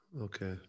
Okay